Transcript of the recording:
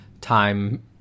time